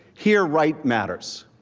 here, right matters.